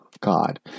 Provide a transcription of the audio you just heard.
God